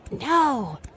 No